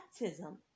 baptism